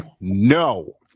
no